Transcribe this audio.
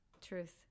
truth